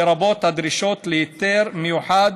לרבות הדרישות להיתר מיוחד